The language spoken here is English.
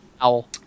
Owl